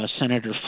Senator